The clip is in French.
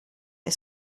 est